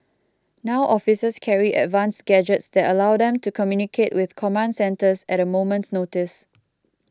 now officers carry advanced gadgets that allow them to communicate with command centres at a moment's notice